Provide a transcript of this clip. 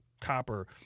copper